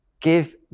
Give